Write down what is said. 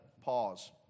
Pause